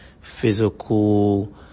physical